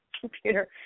computer